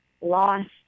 lost